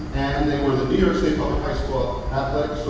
and they were the new york state public high school